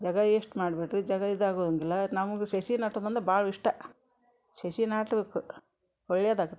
ಜಾಗ ಯೇಶ್ಟ್ ಮಾಡಬೇಡ್ರಿ ಜಾಗ ಇದಾಗುವಂಗಿಲ್ಲ ನಮ್ಗೆ ಸಸಿ ನಾಟುದಂದ್ರೆ ಭಾಳ ಇಷ್ಟ ಸಸಿ ನಾಟ್ಬೇಕು ಒಳ್ಳೆಯದಾಗತ್ತೆ